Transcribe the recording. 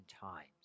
times